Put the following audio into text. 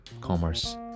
commerce